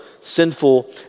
sinful